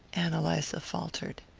ann eliza faltered.